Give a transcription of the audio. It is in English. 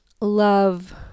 love